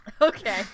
Okay